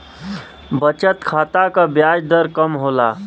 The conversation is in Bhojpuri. बचत खाता क ब्याज दर कम होला